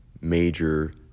major